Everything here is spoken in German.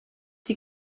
die